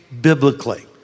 biblically